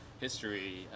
history